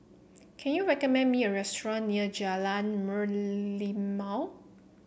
can you recommend me a restaurant near Jalan Merlimau